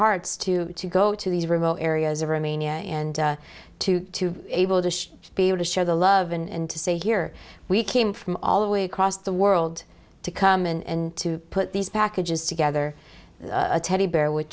hearts to go to these remote areas of romania and to be able to be able to share the love and to say here we came from all the way across the world to come in and to put these packages together a teddy bear with